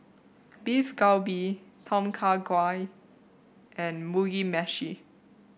Beef Galbi Tom Kha Gai and Mugi Meshi